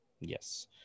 Yes